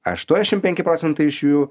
aštuoniasšim penki procentai iš jų